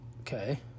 Okay